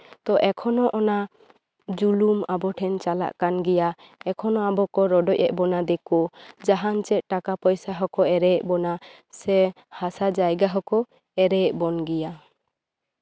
ᱛᱚ ᱮᱠᱷᱚᱱ ᱦᱚᱸ ᱚᱱᱟ ᱡᱩᱞᱩᱢ ᱟᱵᱚ ᱴᱷᱮᱱ ᱪᱟᱞᱟᱜ ᱠᱟᱱ ᱜᱮᱭᱟ ᱮᱠᱷᱚᱱ ᱦᱚᱸ ᱟᱵᱚ ᱠᱚ ᱨᱚᱰᱚᱡ ᱮᱜ ᱵᱚᱱᱟ ᱫᱤᱠᱩ ᱡᱟᱦᱟᱱ ᱪᱮᱜ ᱴᱟᱠᱟ ᱯᱚᱭᱥᱟ ᱦᱚᱸᱠᱚ ᱮᱲᱮᱭᱮᱜ ᱵᱚᱱᱟ ᱥᱮ ᱦᱟᱥᱟ ᱡᱟᱭᱜᱟ ᱦᱚᱸᱠᱚ ᱮᱲᱮᱭᱮᱜ ᱵᱚᱱ ᱜᱮᱭᱟ